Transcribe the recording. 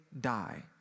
die